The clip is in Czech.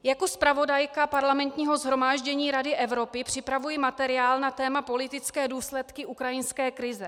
Jako zpravodajka Parlamentního shromáždění Rady Evropy připravuji materiál na téma politické důsledky ukrajinské krize.